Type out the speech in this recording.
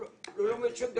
הוא לא לומד שום דבר.